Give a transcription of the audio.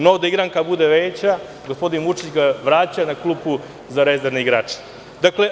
No, da igranka bude veća, gospodin Vučić ga vraća na klupu za rezervne igrače.